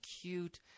cute